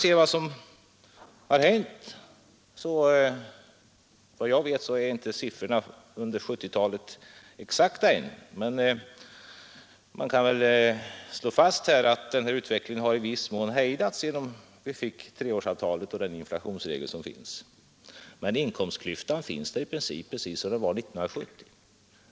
Siffrorna för 1970-talet är inte exakta än, men man kan slå fast att utvecklingen i viss mån har hejdats genom treårsavtalet och inflationsregeln, men inkomstklyftan är i princip densamma som 1970.